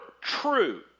true